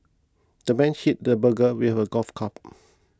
the man hit the burglar with a golf club